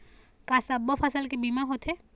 का सब्बो फसल के बीमा होथे?